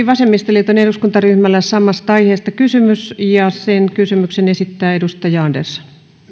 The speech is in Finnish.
vasemmistoliiton eduskuntaryhmällä samasta aiheesta kysymys sen kysymyksen esittää edustaja andersson